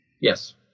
Yes